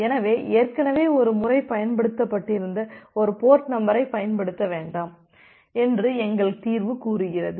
எனவே ஏற்கனவே ஒரு முறை பயன்படுத்தப்பட்டிருந்த ஒரு போர்ட் நம்பரைப் பயன்படுத்த வேண்டாம் என்று எங்கள் தீர்வு கூறுகிறது